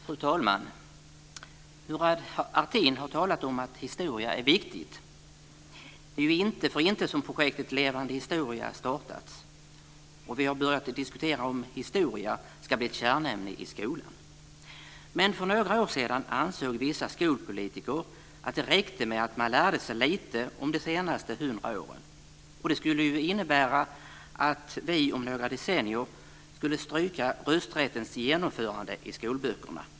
Fru talman! Murad Artin har talat om att historia är viktigt. Det är ju inte för inte som projektet Levande historia startats och vi har börjat diskutera om historia ska bli ett kärnämne i skolan. Men för några år sedan ansåg vissa skolpolitiker att det räckte med att man lärde sig lite om de senaste hundra åren. Det skulle ju innebära att vi om några decennier skulle stryka rösträttens genomförande i skolböckerna.